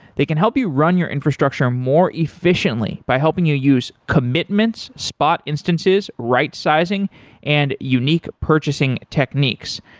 they can help you run your infrastructure more efficiently by helping you use commitments, spot instances, rightsizing and unique purchasing techniques.